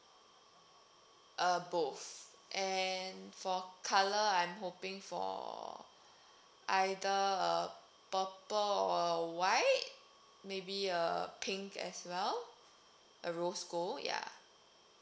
uh both and for colour I'm hoping for either uh purple or white maybe uh pink as well uh rose gold ya